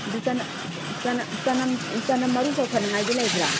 ꯑꯗꯨ ꯆꯅꯝ ꯆꯅꯝ ꯃꯔꯨ ꯆꯥꯎꯈꯠꯅꯤꯡꯉꯥꯏꯗꯤ ꯂꯩꯕ꯭ꯔꯥ